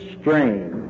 strain